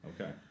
okay